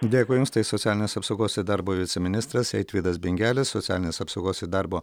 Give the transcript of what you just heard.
dėkui jums tai socialinės apsaugos ir darbo viceministras eitvydas bingelis socialinės apsaugos ir darbo